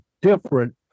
different